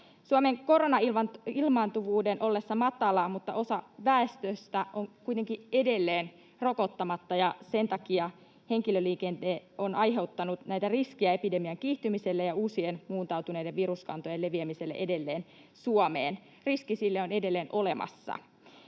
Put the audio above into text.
Suomen koronailmaantuvuus on matala, mutta osa väestöstä on kuitenkin edelleen rokottamatta, ja sen takia henkilöliikenne on aiheuttanut näitä riskejä epidemian kiihtymiselle ja uusien muuntautuneiden viruskantojen leviämiselle edelleen Suomeen. Se riski on edelleen olemassa